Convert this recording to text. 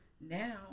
now